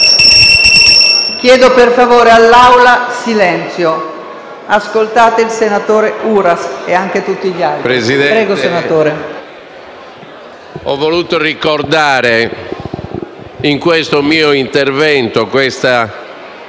Presidente, ho voluto ricordare in questo mio intervento - questa